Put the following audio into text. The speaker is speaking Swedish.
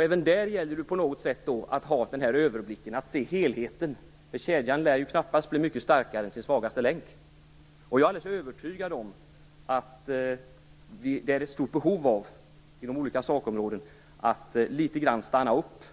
Även där gäller det att ha överblick och se helheten. Kedjan blir ju knappast starkare än sin svagaste länk. Jag är alldeles övertygad om att det finns ett stort behov av att stanna upp,